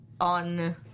on